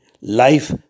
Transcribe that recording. life